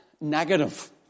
negative